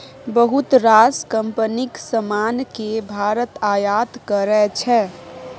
बहुत रास कंपनीक समान केँ भारत आयात करै छै